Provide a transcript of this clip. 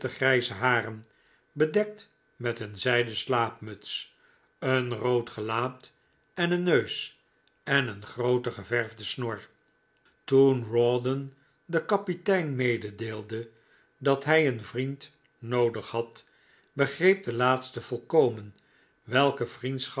grijze haren bedekt met een zijden slaapmuts een rood gelaat en neus en een groote geverfde snor toen rawdon den kapitein mededeelde dat hij een vriend noodig had begreep de laatste volkomen welke